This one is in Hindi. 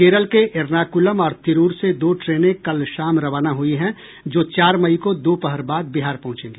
केरल के एर्नाकुलम और तिरूर से दो ट्रेनें कल शाम रवाना हुई हैं जो चार मई को दोपहर बाद बिहार पहुंचेगी